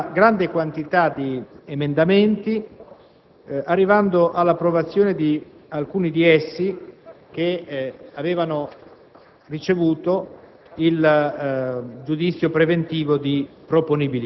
La Commissione ha esaminato puntualmente una grande quantità di emendamenti, arrivando all'approvazione di alcuni di essi, che avevano